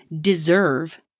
deserve